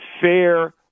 fair